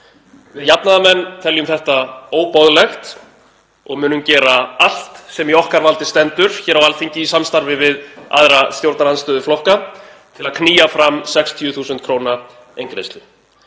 Við jafnaðarmenn teljum þetta óboðlegt og munum gera allt sem í okkar valdi stendur hér á Alþingi í samstarfi við aðra stjórnarandstöðuflokka til að knýja fram 60.000 kr. eingreiðslu.